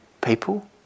people